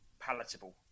palatable